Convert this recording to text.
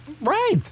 Right